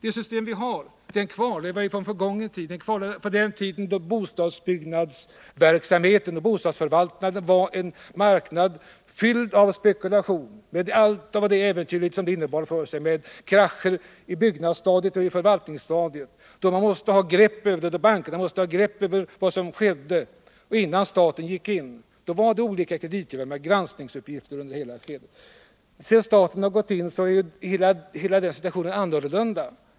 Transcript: Det system vi har är en kvarleva från förgången tid, från den tid då bostadsbyggnadsverksamheten och bostadsförvaltningen var en marknad, fylld av spekulation, med allt av äventyrlighet som det innebar, med krascher i byggnadsstadiet och förvaltningsstadiet, då bankerna måste ha grepp över vad som skedde — och innan staten gick in. Då var det olika kreditgivare med granskningsuppgifter under hela skedet. Sedan staten har gått in är hela denna situation annorlunda.